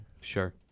sure